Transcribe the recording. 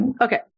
Okay